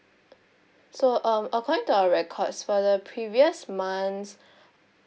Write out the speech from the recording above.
so um according to our records for the previous months